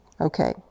Okay